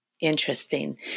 Interesting